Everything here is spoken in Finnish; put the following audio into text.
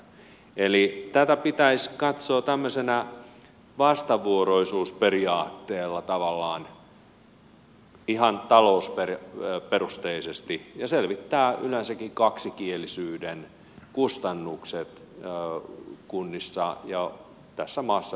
eli tätä pitäisi katsoa tämmöisellä vastavuoroisuusperiaatteella tavallaan ihan talousperusteisesti ja selvittää yleensäkin kaksikielisyyden kustannukset kunnissa ja tässä maassa yleisestikin